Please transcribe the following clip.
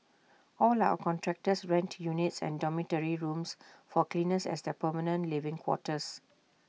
all our contractors rent units and dormitory rooms for cleaners as their permanent living quarters